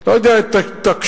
לא יודע מה ההתעקשות,